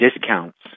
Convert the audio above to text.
discounts